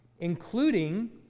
including